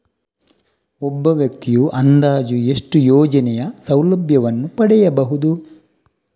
ಒಬ್ಬ ವ್ಯಕ್ತಿಯು ಅಂದಾಜು ಎಷ್ಟು ಯೋಜನೆಯ ಸೌಲಭ್ಯವನ್ನು ಪಡೆಯಬಹುದು?